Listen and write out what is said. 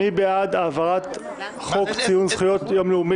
מי בעד העברת חוק ציון יום לאומי